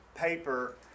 paper